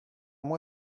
moi